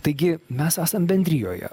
taigi mes esam bendrijoje